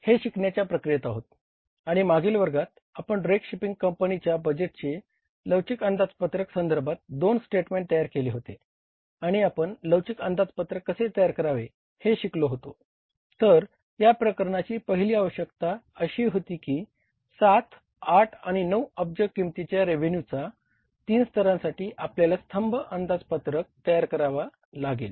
तर आपण लवचिक अंदाजपत्रक तयार करावा लागेल